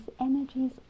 energies